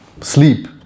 sleep